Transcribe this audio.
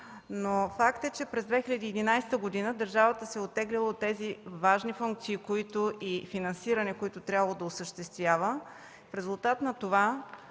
Но факт е, че през 2011 г. държавата се е оттеглила от тези важни функции и финансиране, които е трябвало да осъществява. В резултат на това